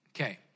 Okay